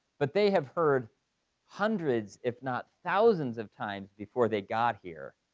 but they have heard hundreds if not thousands of times, before they got here,